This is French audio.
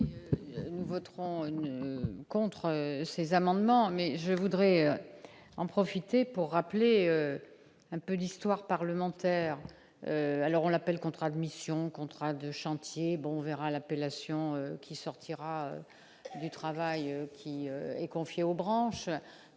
Nous voterons contre ces amendements mais je voudrais en profiter pour rappeler un peu l'histoire parlementaire alors on l'appelle contrat de mission contraint de chantier bon verra l'appellation qui sortira du travail qui est confiée aux branches,